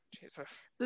Jesus